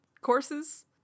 courses